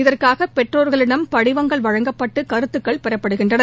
இதற்காக பெற்றோர்களிடம் படிவங்கள் வழங்கப்பட்டு கருத்துகள் பெறப்படுகின்னறன